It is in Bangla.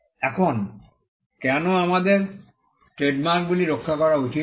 এখন কেন আমাদের ট্রেডমার্কগুলি রক্ষা করা উচিত